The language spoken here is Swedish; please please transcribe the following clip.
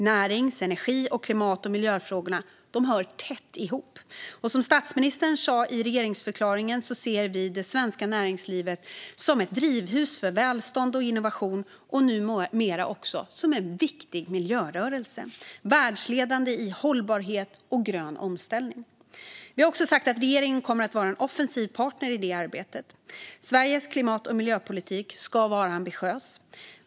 Närings-, energi-, klimat och miljöfrågorna hör tätt ihop. Som statsministern sa i regeringsförklaringen ser vi det svenska näringslivet som ett drivhus för välstånd och innovation och numera också som en viktig miljörörelse - världsledande i hållbarhet och grön omställning. Vi har också sagt att regeringen kommer att vara en offensiv partner i det arbetet. Sveriges klimat och miljöpolitik ska vara ambitiös.